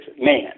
man